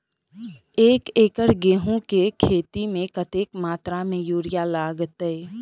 एक एकड़ गेंहूँ केँ खेती मे कतेक मात्रा मे यूरिया लागतै?